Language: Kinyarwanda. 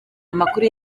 amakuru